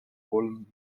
kolm